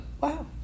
wow